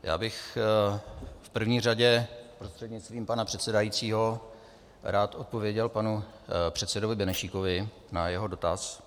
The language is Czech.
Já bych v první řadě prostřednictvím pana předsedajícího rád odpověděl panu předsedovi Benešíkovi na jeho dotaz.